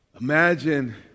Imagine